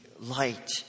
light